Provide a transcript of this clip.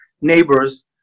neighbors